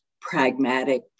pragmatic